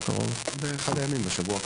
באחד הימים בשבוע הקרוב.